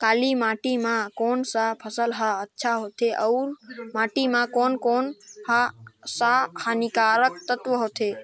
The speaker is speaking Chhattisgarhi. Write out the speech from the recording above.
काली माटी मां कोन सा फसल ह अच्छा होथे अउर माटी म कोन कोन स हानिकारक तत्व होथे?